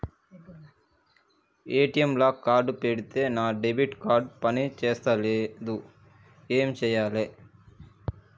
ATM లా card పెడితే నా డెబిట్ కార్డ్ పని చేస్తలేదు ఏం చేయాలే?